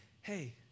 hey